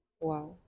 wow